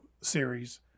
series